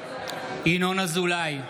ינון אזולאי,